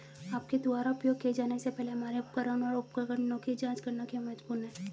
आपके द्वारा उपयोग किए जाने से पहले हमारे उपकरण और उपकरणों की जांच करना क्यों महत्वपूर्ण है?